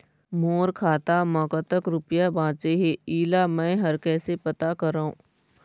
मोर खाता म कतक रुपया बांचे हे, इला मैं हर कैसे पता करों?